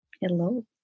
Hello